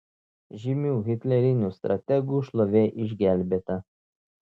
žymių hitlerinių strategų šlovė išgelbėta